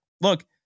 look